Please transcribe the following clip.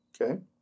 Okay